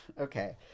Okay